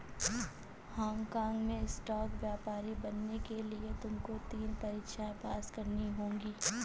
Hong काँग में stock व्यापारी बनने के लिए तुमको तीन परीक्षाएं पास करनी होंगी